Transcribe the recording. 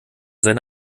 seine